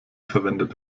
verwendet